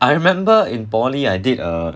I remember in poly I did a